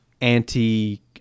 anti